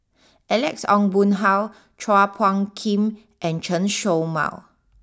Alex Ong Boon Hau Chua Phung Kim and Chen show Mao